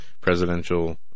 presidential